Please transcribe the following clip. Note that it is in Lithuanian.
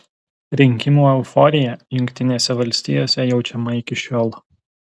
rinkimų euforija jungtinėse valstijose jaučiama iki šiol